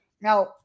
Now